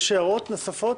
הערות נוספות?